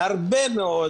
הרבה מאוד